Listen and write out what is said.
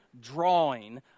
drawing